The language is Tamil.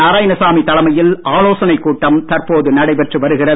நாராயணசாமி தலைமையில் ஆலோசனைக் கூட்டம் தற்போது நடைபெற்று வருகிறது